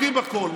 יודעים הכול,